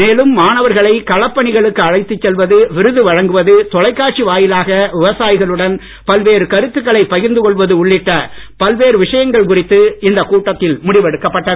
மேலும் மாணவர்களை களப்பணிகளுக்கு அழைத்துச் செல்வது விருது வழங்குவது தொலைக்காட்சி வாயிலாக விவசாயிகளுடன் பல்வேறு கருத்துக்களை பகிர்ந்து கொள்வது உள்ளிட்ட பல்வேறு விஷயங்கள் குறித்து இந்த கூட்டத்தில் முடிவெடுக்கப்பட்டது